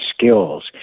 skills